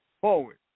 Forward